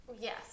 Yes